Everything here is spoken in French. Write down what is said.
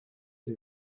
les